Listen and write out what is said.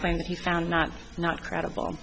claim that he found not not credible